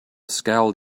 scowled